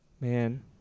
Man